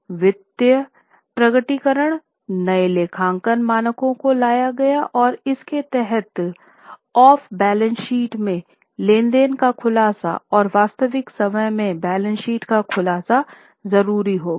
वित्तीय प्रकटीकरण नए लेखांकन मानकों को लाया गया और इसके तहत ऑफ बैलेंस शीट में लेनदेन का खुलासा और वास्तविक समय में बैलेंस शीट का खुलासा ज़रूरी हो गया